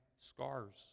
scars